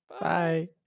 bye